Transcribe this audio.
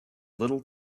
little